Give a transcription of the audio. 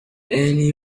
early